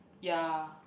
ya